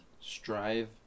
strive